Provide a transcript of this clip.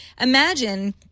imagine